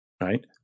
right